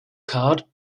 card